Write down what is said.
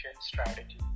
strategy